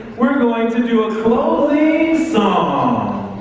we're going to do a closing song.